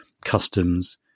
customs